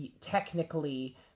Technically